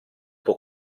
può